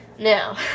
Now